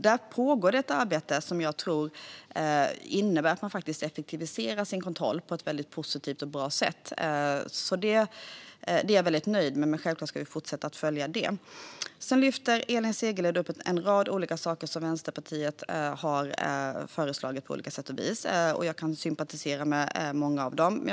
Där pågår ett arbete som jag tror innebär att man effektiviserar sin kontroll på ett positivt sätt. Det är jag väldigt nöjd med, men självklart ska vi fortsätta att följa detta. Elin Segerlind lyfter också fram en rad olika saker som Vänsterpartiet har föreslagit, och jag kan sympatisera med många av dem.